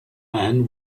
man